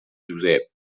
josep